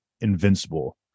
invincible